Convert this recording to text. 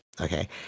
Okay